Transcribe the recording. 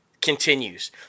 continues